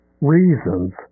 reasons